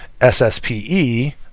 SSPE